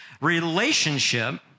relationship